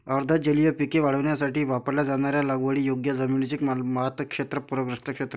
अर्ध जलीय पिके वाढवण्यासाठी वापरल्या जाणाऱ्या लागवडीयोग्य जमिनीचे भातशेत पूरग्रस्त क्षेत्र